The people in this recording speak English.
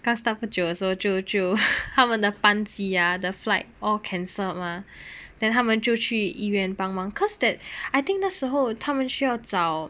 刚 start 的时候不久就他们的班机 ah the flight all cancelled mah then 他们就去医院帮忙 because that I think 那时候他们需要找